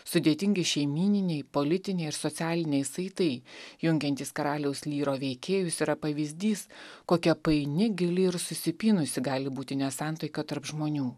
sudėtingi šeimyniniai politiniai ir socialiniai saitai jungiantys karaliaus lyro veikėjus yra pavyzdys kokia paini gili ir susipynusi gali būti nesantaika tarp žmonių